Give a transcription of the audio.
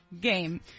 Game